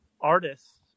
artists